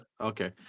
Okay